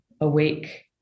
awake